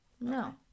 No